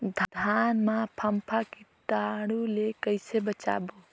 धान मां फम्फा कीटाणु ले कइसे बचाबो?